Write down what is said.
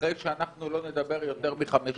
אחרי שאנחנו לא נדבר יותר מחמש שעות.